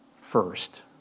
first